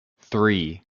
three